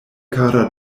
kara